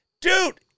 Dude